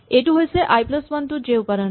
এইটো হৈছে I plus one to J উপাদানটো